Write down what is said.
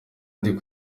ndi